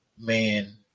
man